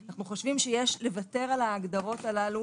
אנחנו חושבים שיש לוותר על ההגדרות הללו,